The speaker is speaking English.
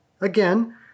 Again